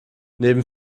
neben